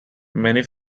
many